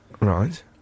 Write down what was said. Right